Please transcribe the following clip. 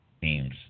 teams